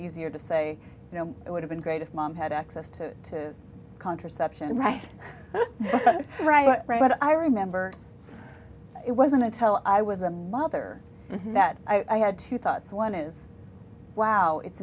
easier to say you know it would have been great if mom had access to contraception right but right but i remember it wasn't until i was a mother that i had two thoughts one is wow it's